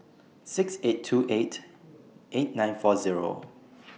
six eight two eight eight nine four Zero